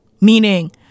Meaning